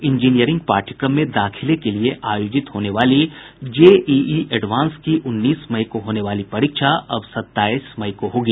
engineering पाठ्यक्रम में दाखिले के लिए आयोजित होने वाली जेईई एडवांस की उन्नीस मई को होने वाली परीक्षा अब सत्ताईस मई को होगी